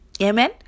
Amen